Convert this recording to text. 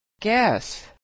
Guess